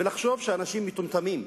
ולחשוב שאנשים מטומטמים.